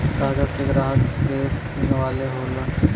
कागज के ग्राहक प्रेस वाले होलन